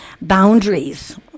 boundaries